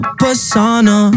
persona